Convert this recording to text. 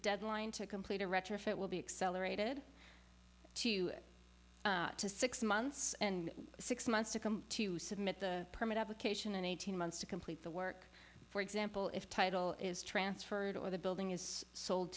deadline to complete a retrofit will be accelerated two to six months and six months to come to submit the permit application and eighteen months to complete the work for example if title is transferred or the building is sold